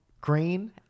Green